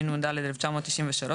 התשנ"ד-1993 ,